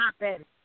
happen